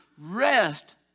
rest